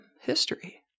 history